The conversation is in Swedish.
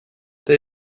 det